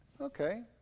okay